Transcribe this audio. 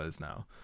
now